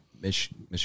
Michigan